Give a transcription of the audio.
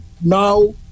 now